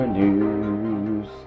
news